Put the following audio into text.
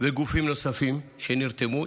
וגופים נוספים שנרתמו,